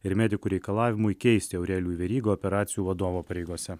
ir medikų reikalavimui keisti aurelijų verygą operacijų vadovo pareigose